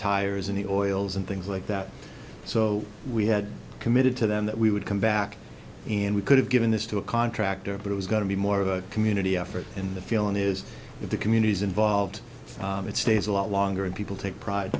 tires and the oils and things like that so we had committed to them that we would come back and we could have given this to a contractor but it was going to be more of a community effort in the feeling is if the communities involved it stays a lot longer and people take pride